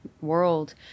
world